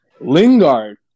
Lingard